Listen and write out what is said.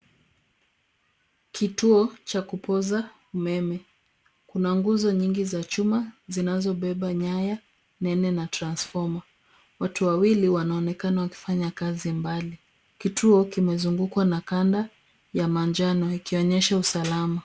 Kituo cha kupoza umeme. Kuna nguzo nyingi za chuma zinazobeba nyaya nene na transfoma. Watu wawili wanaonekana wakifanya kazi mbali. Kituo kimezungukwa na kanda ya manjano ikionyesha usalama.